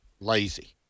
lazy